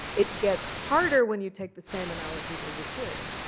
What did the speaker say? it gets harder when you take the same analogy into syria.